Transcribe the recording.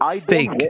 fake